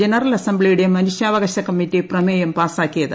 general അസ്ട്രബ്ലിയുടെ മനുഷ്യാവകാശ committee പ്രമേയം പാസാക്കിയത്